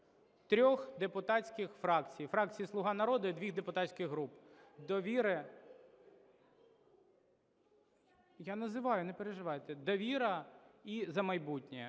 трьох депутатських фракцій, фракції "Слуга народу" і двох депутатських груп "Довіра" (я називаю,